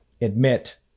admit